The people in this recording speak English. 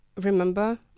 remember